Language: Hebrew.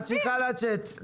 את צריכה לצאת,